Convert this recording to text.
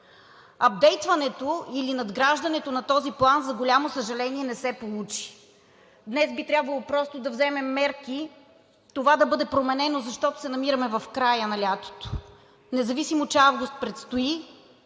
Ъпдейтването или надграждането на този план, за голямо съжаление, не се получи. Днес би трябвало просто да вземем мерки това да бъде променено, защото се намираме в края на лятото. Независимо че август предстои,